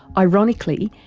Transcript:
ironically,